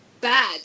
Bad